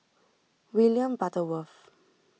William Butterworth